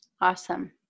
Awesome